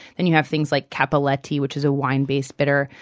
and you have things like cappelletti, which is a wine-based bitter.